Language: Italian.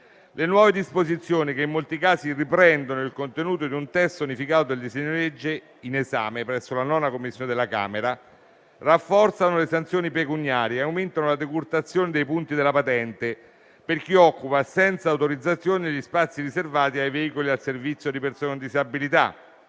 le nuove disposizioni, che in molti casi riprendono il contenuto di un testo unificato del disegno di legge in esame presso la IX Commissione della Camera, rafforzano le sanzioni pecuniarie e aumentano la decurtazione dei punti della patente per chi occupa senza autorizzazione gli spazi riservati ai veicoli al servizio di persone con disabilità